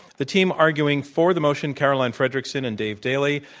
the team arguing for the motion, caroline frederickson and dave daley,